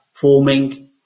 forming